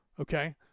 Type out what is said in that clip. Okay